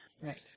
Right